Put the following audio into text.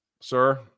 sir